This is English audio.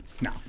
No